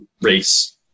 race